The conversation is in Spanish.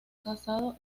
casado